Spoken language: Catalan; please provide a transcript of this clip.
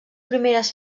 primeres